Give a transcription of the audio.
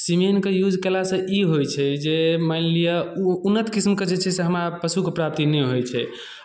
सीमेनके use केलासँ ई होइ छै जे मानि लिअ ओ उन्नत किस्मके जे छै से हमरा पशुके प्राप्ति नहि होइ छै